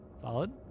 Solid